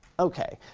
okay,